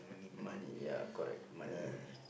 money ya correct money